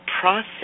process